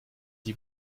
die